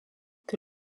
que